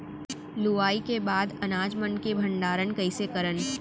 लुवाई के बाद अनाज मन के भंडारण कईसे करन?